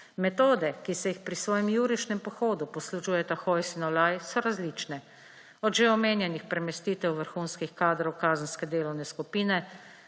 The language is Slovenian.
Metode, ki se jih pri svojem jurišnem pohodu poslužujeta Hojs in Olaj, so različne. Od že omenjenih premestitev vrhunskih kadrov v kazenske delovne skupine